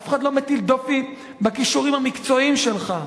אף אחד לא מטיל דופי בכישורים המקצועיים שלך,